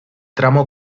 tramo